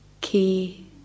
key